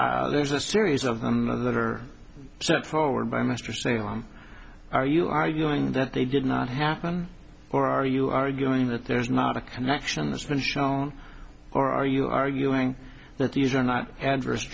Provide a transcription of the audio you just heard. citation there's a series of them that are so forward by mr salem are you arguing that they did not happen or are you arguing that there's not a connection that's been shown or are you arguing that these are not ad